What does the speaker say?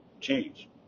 change